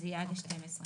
זה יהיה עד 12 בדצמבר.